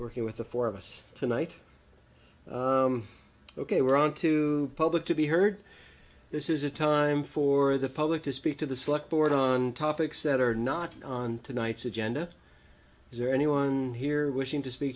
working with the four of us tonight ok we're on to public to be heard this is a time for the public to speak to the select board on topics that are not on tonight's agenda is there anyone here wishing to spe